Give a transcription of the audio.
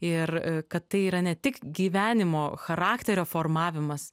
ir kad tai yra ne tik gyvenimo charakterio formavimas